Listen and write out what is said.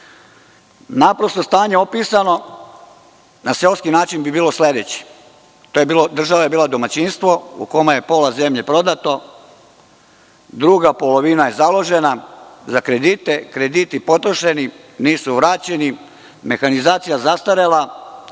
zemlju. Stanje opisano na seoski način bi bilo sledeće. Država je bila domaćinstvo u kojoj je pola zemlje prodato, druga polovina je založena za kredite, krediti potrošeni, nisu vraćeni, mehanizacija zastarela,